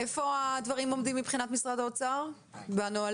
איפה הדברים עומדים מבחינת משרד הביטחון בנהלים?